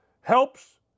helps